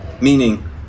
meaning